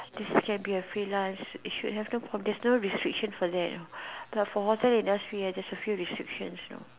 this can be a free lunch is should have theres no restrictions for that you know but hotel industry there is a few restrictions know